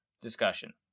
discussion